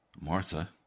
Martha